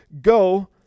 go